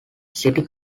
city